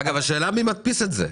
אגב, השאלה היא גם מי מדפיס את זה?